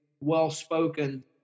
well-spoken